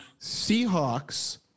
Seahawks